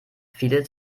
viele